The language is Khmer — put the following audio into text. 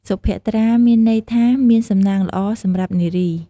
សុភ័ក្ត្រា មានន័យថាមានសំណាងល្អ សម្រាប់នារី។